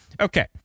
Okay